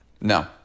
no